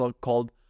called